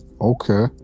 Okay